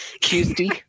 Tuesday